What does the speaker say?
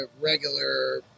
regular